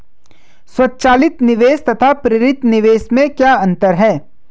स्वचालित निवेश तथा प्रेरित निवेश में क्या अंतर है?